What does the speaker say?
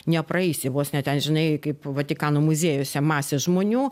nepraeisi vos ne ten žinai kaip vatikano muziejuose masės žmonių